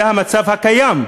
זה המצב הקיים,